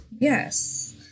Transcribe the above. Yes